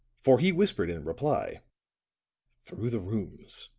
for he whispered in reply through the rooms!